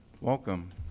Welcome